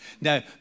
Now